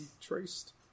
traced